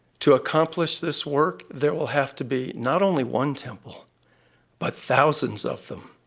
to accomplish this work there will have to be not only one temple but thousands of them,